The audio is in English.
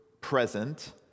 present